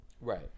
Right